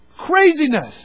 Craziness